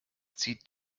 zieht